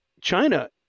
China